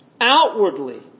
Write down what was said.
Outwardly